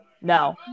No